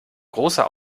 großer